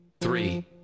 three